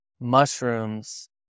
mushrooms